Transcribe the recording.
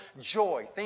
joy